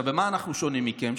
במה אנחנו שונים מכם?